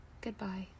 goodbye